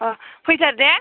अ' फैथार दे